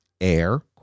air